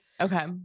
Okay